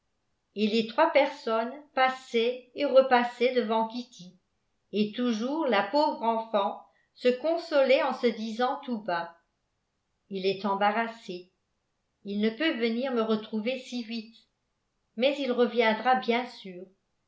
et les trois personnes passaient et repassaient devant kitty et toujours la pauvre enfant se consolait en se disant tout bas il est embarrassé il ne peut venir me retrouver si vite mais il reviendra bien sûr